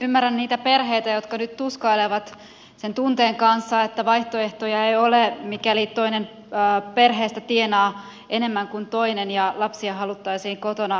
ymmärrän niitä perheitä jotka nyt tuskailevat sen tunteen kanssa että vaihtoehtoja ei ole mikäli toinen perheessä tienaa enemmän kuin toinen ja lapsia haluttaisiin kotona kasvattaa